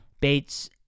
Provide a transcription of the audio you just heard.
Bates